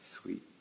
sweet